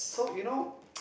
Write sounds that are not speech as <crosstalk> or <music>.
so you know <noise>